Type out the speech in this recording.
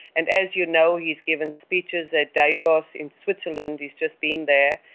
and as you know, he's given speeches at davos in switzerland, he's just been there,